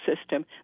system